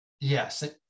yes